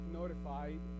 notified